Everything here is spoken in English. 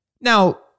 Now